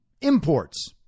imports